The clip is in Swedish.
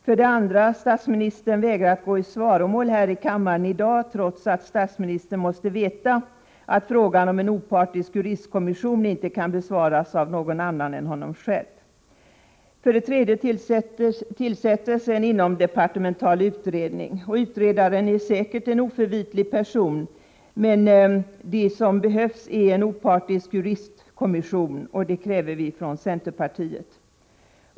För det andra: Statsministern vägrar att gå i svaromål här i kammaren i dag, trots att han måste veta att min fråga om en opartisk juristkommission inte kan besvaras av någon annan än statsministern själv. För det tredje: En inomdepartemental utredning tillsätts. Utredaren är säkert en oförvitlig person, men vad som behövs är en opartisk juristkommission — och det kräver vi från centerpartiet.